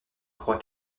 croit